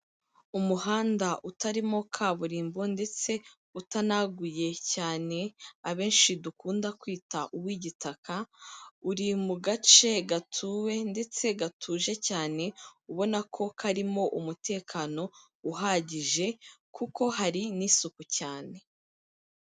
Umuhanda utarimo kaburimbo, ndetse utanaguye cyane, abenshi dukunda kwita uw'igitaka, uri mu gace gatuwe ndetse gatuje cyane, ubona ko karimo umutekano uhagije kuko hari n'isuku cyane.